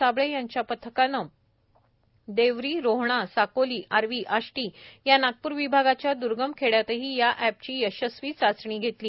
साबळे यांच्या पथकाने देवरी रोहणा साकोली आर्वी आष्टी या नागप्र विभागाच्या दुर्गम खेड़यातही या एपची यशस्वी चाचणी घेतली